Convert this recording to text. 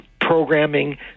programming